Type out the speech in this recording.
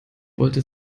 wollte